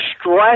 stress